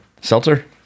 seltzer